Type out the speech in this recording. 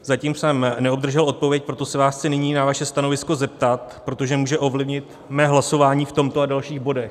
Zatím jsem neobdržel odpověď, proto se vás chci nyní na vaše stanovisko zeptat, protože může ovlivnit mé hlasování v tomto a dalších bodech.